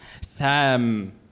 Sam